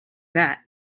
that